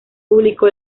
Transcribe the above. publicó